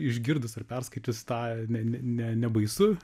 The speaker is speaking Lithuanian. išgirdus ar perskaičius tą ne ne ne nebaisu